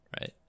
right